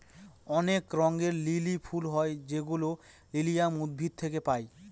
অনেক রঙের লিলি ফুল হয় যেগুলো লিলিয়াম উদ্ভিদ থেকে পায়